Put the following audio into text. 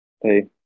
hey